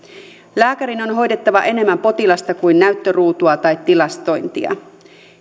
lääkärin on on hoidettava enemmän potilasta kuin näyttöruutua tai tilastointia